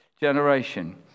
generation